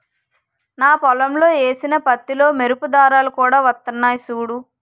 నా పొలంలో ఏసిన పత్తిలో మెరుపు దారాలు కూడా వొత్తన్నయ్ సూడూ